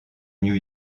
new